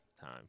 time